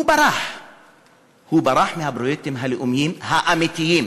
הוא ברח מהפרויקטים הלאומיים האמיתיים.